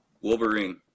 Wolverine